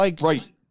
Right